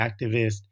activist